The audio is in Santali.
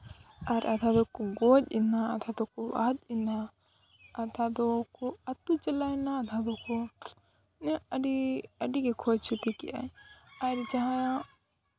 ᱟᱨ ᱟᱫᱷᱟ ᱫᱚᱠᱚ ᱜᱚᱡ ᱮᱱᱟ ᱟᱨ ᱟᱫᱷᱟ ᱫᱚᱠᱚ ᱟᱫ ᱮᱱᱟ ᱟᱫᱷᱟ ᱫᱚᱠᱚ ᱟᱹᱛᱩ ᱪᱟᱞᱟᱣ ᱮᱱᱟ ᱟᱫᱷᱟ ᱫᱚᱠᱚ ᱤᱱᱟᱹᱜ ᱤᱱᱟᱹᱜ ᱟᱹᱰᱤᱜᱮ ᱠᱷᱚᱭ ᱠᱷᱚᱛᱤ ᱠᱮᱜᱼᱟᱭ ᱟᱨ ᱡᱟᱦᱟᱸᱭᱟᱜ